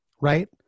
Right